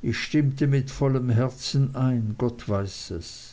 ich stimmte mit vollem herzen ein gott weiß es